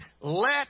let